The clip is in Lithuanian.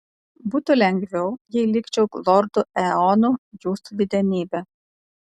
būtų lengviau jei likčiau lordu eonu jūsų didenybe